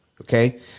okay